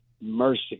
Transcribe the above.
mercy